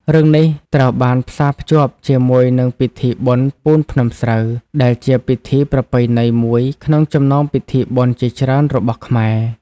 រឿងនេះត្រូវបានផ្សារភ្ជាប់ជាមួយនឹងពិធីបុណ្យពូនភ្នំស្រូវ ដែលជាពិធីប្រពៃណីមួយក្នុងចំណោមពិធីបុណ្យជាច្រើនរបស់ខ្មែរ។